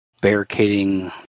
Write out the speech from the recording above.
barricading